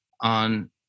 on